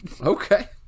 okay